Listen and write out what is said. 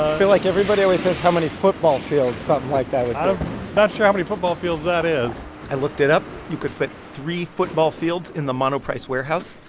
feel like everybody always says how many football fields, something like that is i'm not sure how many football fields that is i looked it up. you could fit three football fields in the monoprice warehouse.